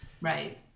right